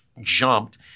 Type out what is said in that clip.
jumped